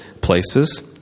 places